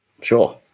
Sure